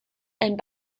and